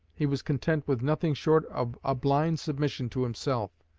he was content with nothing short of a blind submission to himself.